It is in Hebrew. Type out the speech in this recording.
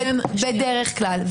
בדרך כלל.